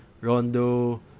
Rondo